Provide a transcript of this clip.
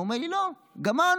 הוא אומר לי: לא, גמרנו.